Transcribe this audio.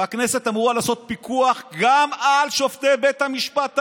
והכנסת אמורה לעשות פיקוח גם על שופטי בית המשפט העליון,